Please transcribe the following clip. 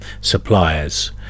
suppliers